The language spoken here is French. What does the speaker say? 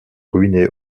ruinée